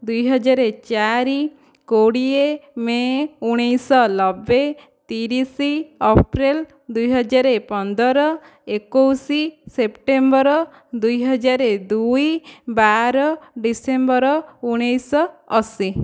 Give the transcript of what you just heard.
ଦୁଇହଜାର ଚାରି କୋଡ଼ିଏ ମେ ଉଣେଇଶି ଶହ ନବେ ତିରିଶ ଅପ୍ରେଲ ଦୁଇହଜାର ପନ୍ଦର ଏକୋଇଶି ସେପ୍ଟେମ୍ବର ଦୁଇହଜାର ଦୁଇ ବାର ଡିସେମ୍ବର ଉଣେଇଶି ଶହ ଅସି